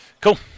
Cool